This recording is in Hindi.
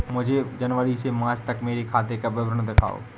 मुझे जनवरी से मार्च तक मेरे खाते का विवरण दिखाओ?